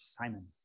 Simon